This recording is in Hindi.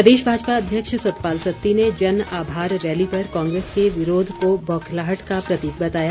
प्रदेश भाजपा अध्यक्ष सतपाल सती ने जन आभार रैली पर कांग्रेस के विरोध को बौखलाहट का प्रतीक बताया